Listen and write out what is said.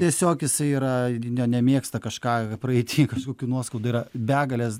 tiesiog jisai yra jo nemėgsta kažką praeity kažkokių nuoskaudų yra begalės